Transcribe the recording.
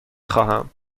خواهم